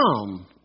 come